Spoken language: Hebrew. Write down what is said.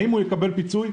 האם הוא יקבל פיצוי?